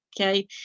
Okay